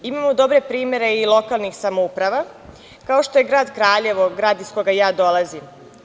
Imamo dobre primere i lokalnih samouprava, kao što je grad Kraljevo, grad iz koga ja dolazim.